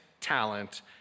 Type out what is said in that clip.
talent